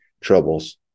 troubles